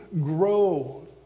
grow